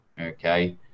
Okay